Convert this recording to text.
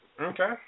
Okay